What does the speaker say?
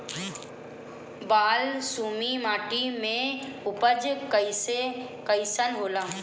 बालसुमी माटी मे उपज कईसन होला?